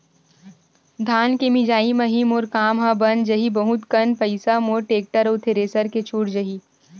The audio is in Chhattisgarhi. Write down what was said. धान के मिंजई म ही मोर काम ह बन जाही बहुत कन पईसा मोर टेक्टर अउ थेरेसर के छुटा जाही